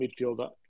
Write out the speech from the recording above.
midfielder